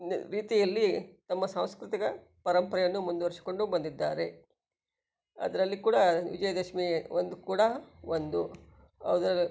ರೀತಿಯಲ್ಲಿ ನಮ್ಮ ಸಾಂಸ್ಕೃತಿಕ ಪರಂಪರೆಯನ್ನು ಮುಂದುವರ್ಸಿಕೊಂಡು ಬಂದಿದ್ದಾರೆ ಅದರಲ್ಲಿ ಕೂಡ ವಿಜಯದಶಮಿ ಒಂದು ಕೂಡ ಒಂದು ಅದರ